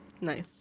Nice